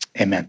Amen